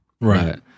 Right